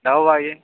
નવ વાગે